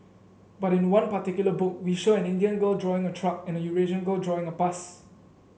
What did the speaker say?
but in one particular book we show an Indian girl drawing a truck and a Eurasian girl drawing a bus